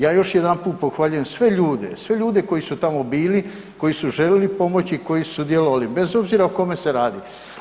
Ja još jedanput pohvaljujem sve ljude, sve ljude koji su tamo bili koji su željeli pomoći i koji su sudjelovali bez obzira o kome se radi.